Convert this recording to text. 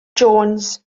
jones